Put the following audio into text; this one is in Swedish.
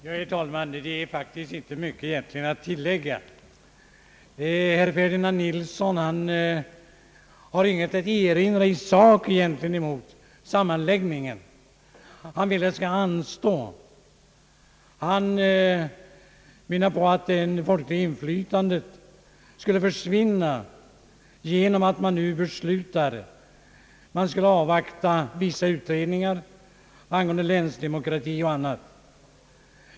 Herr talman! Det är faktiskt inte mycket att tillägga. Herr Ferdinand Nilsson har egentligen ingenting i sak att erinra mot sammanläggningen. Han vill bara att den skall anstå och menar att det folkliga inflytandet skulle försvinna om man fattar beslut enligt propositionens förslag. Herr Ferdinand Nilsson vill avvakta vissa utredningar angående länsdemokrati och annat.